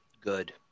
Good